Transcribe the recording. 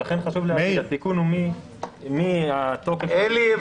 לכן חשוב להגיד, התיקון הוא מהתוקף --- עלי,